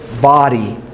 body